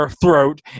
throat